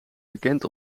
bekend